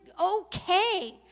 okay